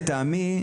לטעמי,